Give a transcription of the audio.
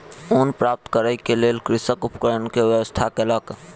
ऊन प्राप्त करै के लेल कृषक उपकरण के व्यवस्था कयलक